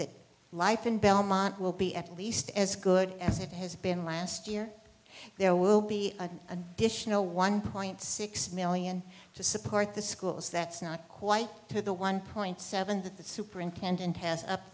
that life in belmont will be at least as good as it has been last year there will be an additional one point six million to support the schools that's not quite to the one point seven that the superintendent has up